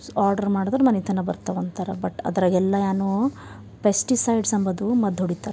order ಮಾಡಿದ್ರೆ ಮನೆ ತನಕ ಬರ್ತವೆ ಅಂತಾರ ಬಟ್ ಅದ್ರಾಗೆಲ್ಲ ಏನು ಪೆಸ್ಟಿಸೈಡ್ಸ್ ಅಂಬೋದು ಮದ್ದು ಹೊಡಿತಾರೆ